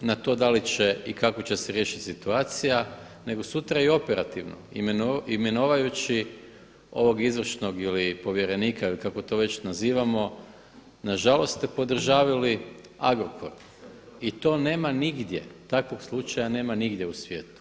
na to da li će i kako će se riješiti situacija nego sutra i operativno imenovajući ovog izvršnog ili povjerenika kako to već nazivamo, nažalost ste podržavali Agrokor i to nema nigdje, takvog slučaja nema nigdje u svijetu.